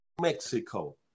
Mexico